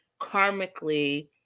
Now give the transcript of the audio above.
karmically